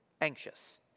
anxious